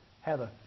Heather